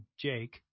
Jake